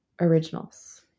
originals